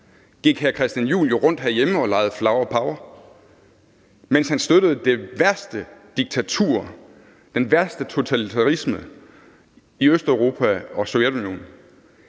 Gik hr. Christian Juhl rundt herhjemme og legede flowerpower, mens han støttede det værste diktatur og den værste totalitarisme i Østeuropa og Sovjetunionen?